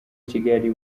kigali